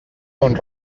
mont